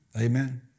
Amen